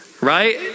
right